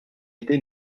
été